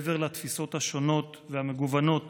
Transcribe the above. מעבר לתפיסות השונות והמגוונות